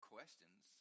Questions